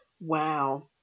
wow